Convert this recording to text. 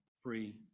free